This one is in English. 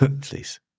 Please